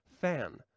fan